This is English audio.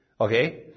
Okay